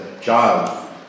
child